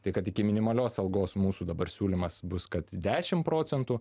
tai kad iki minimalios algos mūsų dabar siūlymas bus kad dešim procentų